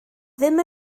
ddim